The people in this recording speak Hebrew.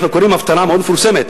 אנחנו קוראים הפטרה מאוד מפורסמת,